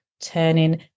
turning